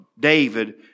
David